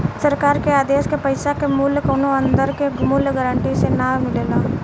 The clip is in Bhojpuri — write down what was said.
सरकार के आदेश के पैसा के मूल्य कौनो अंदर के मूल्य गारंटी से ना मिलेला